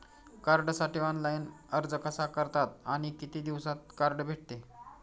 कार्डसाठी ऑनलाइन अर्ज कसा करतात आणि किती दिवसांत कार्ड भेटते?